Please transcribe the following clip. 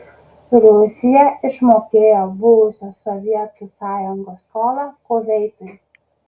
rusija išmokėjo buvusios sovietų sąjungos skolą kuveitui